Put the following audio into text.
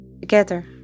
together